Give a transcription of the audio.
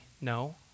No